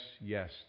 yes